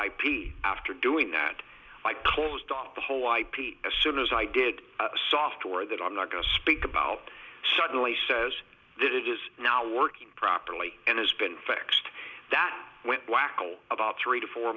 ip after doing that i closed off the whole ip as soon as i did a software that i'm not going to speak about suddenly says that it is now working properly and has been fixed that went blackall about three to four